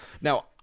Now